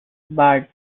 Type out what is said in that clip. baritone